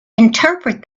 interpret